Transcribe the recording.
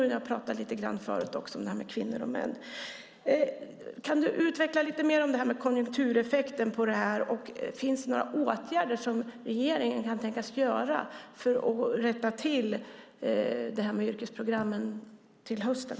Jag har pratat lite grann förut om det här med kvinnor och män. Kan du utveckla konjunktureffekten på detta lite mer? Finns det några åtgärder som regeringen kan tänkas vidta för att rätta till detta med yrkesprogrammen till hösten?